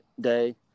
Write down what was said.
day